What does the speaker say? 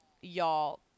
Y'all